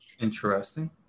Interesting